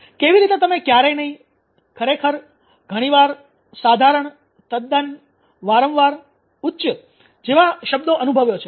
કેવી રીતે તમે 'ક્યારેય નહીં' 'ખરેખર' 'ઘણીવાર' 'સાધારણ' 'તદ્દન' 'વારંવાર' 'ઉચ્ચ' જેવા શબ્દો અનુભવો છો